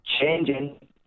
changing